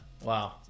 Wow